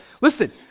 listen